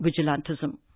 vigilantism